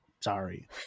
sorry